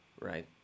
Right